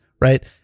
Right